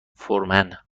فورمن